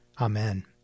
Amen